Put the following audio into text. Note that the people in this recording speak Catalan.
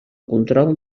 control